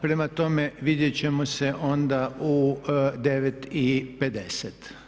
Prema tome vidjet ćemo se onda u 9,50.